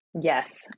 Yes